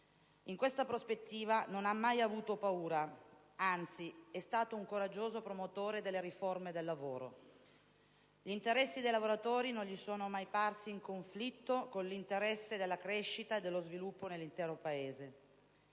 In questa prospettiva non ha mai avuto paura, anzi è stato coraggioso promotore della riforma del lavoro. Gli interessi dei lavoratori non gli sono mai parsi in conflitto con l'interesse della crescita e dello sviluppo nell'intero Paese.